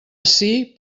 ací